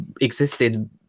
existed